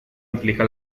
implica